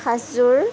সাঁজযোৰ